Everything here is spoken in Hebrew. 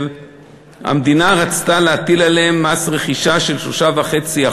המדינה רצתה להטיל עליהם מס רכישה של 3.5%,